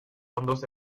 fondos